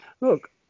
look